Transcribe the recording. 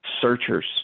searchers